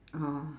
oh